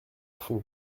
fond